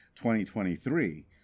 2023